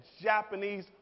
Japanese